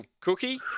Cookie